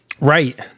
Right